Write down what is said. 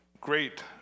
great